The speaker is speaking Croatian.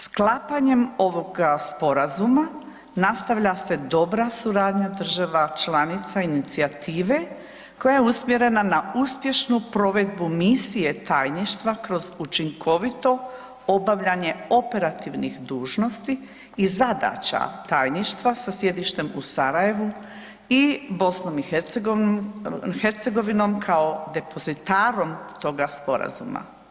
Sklapanjem ovoga Sporazuma nastavlja se dobra suradnja država članica inicijative koja je usmjerena na uspješnu provedbu misije tajništva kroz učinkovito obavljanje operativnih dužnosti i zadaća tajništva u sjedištem u Sarajevu i BiH kao depozitarom toga Sporazuma.